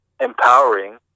empowering